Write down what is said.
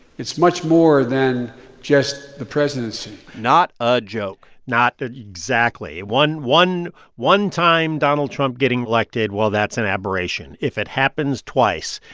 it's much more than just the presidency not a joke not ah exactly. one one time donald trump getting elected well, that's an aberration. if it happens twice,